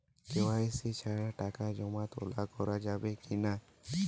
KYC ছাড়া টাকা জমা তোলা করা যাবে কি না?